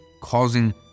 causing